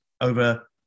over